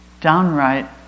downright